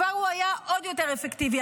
כבר הוא היה עוד יותר אפקטיבי.